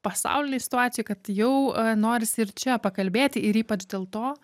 pasaulinėj situacijoj kad jau norisi ir čia pakalbėti ir ypač dėl to